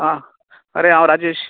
आ अरे हांव राजेश